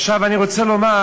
עכשיו אני רוצה לומר